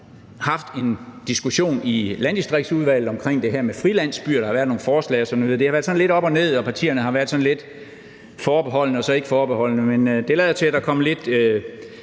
haft en diskussion i Landdistriktsudvalget om det her med frilandsbyer, der har været nogle forslag og sådan noget, og det har været lidt op og ned, og partierne har først været lidt forbeholdne og bagefter ikkeforbeholdne, men det lader til, at der er kommet lidt